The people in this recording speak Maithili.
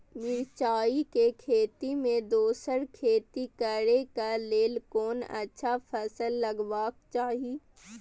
मिरचाई के खेती मे दोसर खेती करे क लेल कोन अच्छा फसल लगवाक चाहिँ?